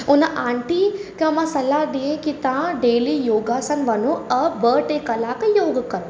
उन आंटी खां मां सलाह ॾिनी की तव्हां डेली योगासन वञो ॿ टे कलाकु योगु कयो